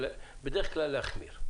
להחמיר בדרך כלל.